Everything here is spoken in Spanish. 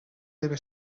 debe